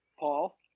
Paul